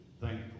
thankful